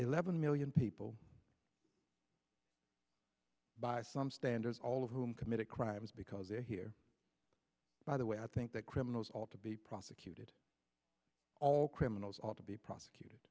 eleven million people by some standards all of whom committed crimes because they're here by the way i think that criminals ought to be prosecuted all criminals ought to be prosecuted